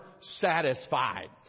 satisfied